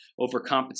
overcompensate